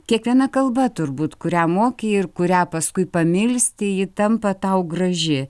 kiekviena kalba turbūt kurią moki ir kurią paskui pamilsti ji tampa tau graži